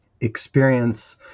experience